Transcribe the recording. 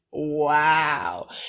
Wow